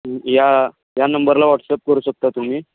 या या नंबरला व्हॉट्सअप करू शकता तुम्ही